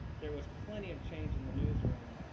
there was plenty of change in the news room,